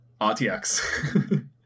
RTX